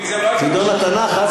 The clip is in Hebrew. חידון התנ"ך.